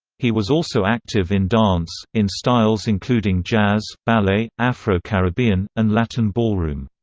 he was also active in dance, in styles including jazz, ballet, afro-caribbean, and latin ballroom.